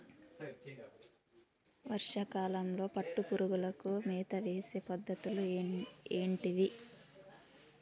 వర్షా కాలంలో పట్టు పురుగులకు మేత వేసే పద్ధతులు ఏంటివి?